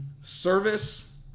Service